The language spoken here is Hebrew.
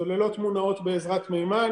צוללות מונעות בעזרת מימן.